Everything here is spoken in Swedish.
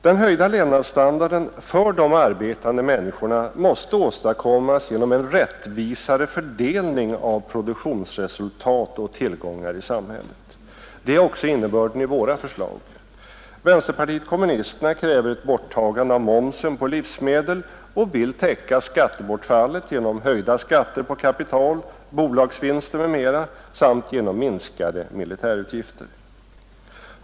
Den höjda levnadsstandarden för de arbetande människorna måste åstadkommas genom en rättvisare fördelning av produktionsresultat och tillgångar i samhället. Det är också innebörden i våra förslag. Vänsterpartiet kommunisterna kräver ett borttagande av momsen på livsmedel och vill täcka skattebortfallet genom höjda skatter på kapital, bolagsvinster m.m. samt genom minskade militärutgifter.